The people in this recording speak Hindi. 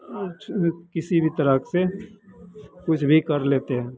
कुछ किसी भी तरह से कुछ भी कर लेते हैं